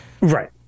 right